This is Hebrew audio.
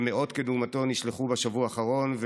מאות כדוגמתו נשלחו בשבוע האחרון,